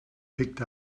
picked